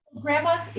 Grandma's